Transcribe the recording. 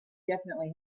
definitely